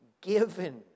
given